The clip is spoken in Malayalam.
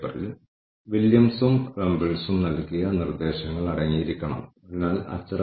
നമ്മളുടെ 80 ഉപഭോക്താക്കളും ഈ വർഷം ഉപഭോക്തൃ സംതൃപ്തി സർവേ പൂർത്തിയാക്കണം എന്നതാണ് ലക്ഷ്യം